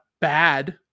bad